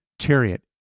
chariot